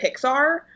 Pixar